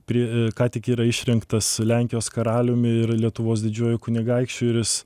prie ką tik yra išrinktas lenkijos karaliumi ir lietuvos didžiuoju kunigaikščiu jis